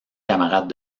camarades